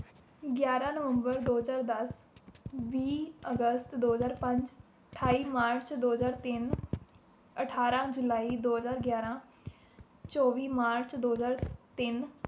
ਗਿਆਰਾਂ ਨਵੰਬਰ ਦੋ ਹਜ਼ਾਰ ਦਸ ਵੀਹ ਅਗਸਤ ਦੋ ਹਜ਼ਾਰ ਪੰਜ ਅਠਾਈ ਮਾਰਚ ਦੋ ਹਜ਼ਾਰ ਤਿੰਨ ਅਠਾਰਾਂ ਜੁਲਾਈ ਦੋ ਹਜ਼ਾਰ ਗਿਆਰਾਂ ਚੌਵੀ ਮਾਰਚ ਦੋ ਹਜ਼ਾਰ ਤਿੰਨ